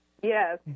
Yes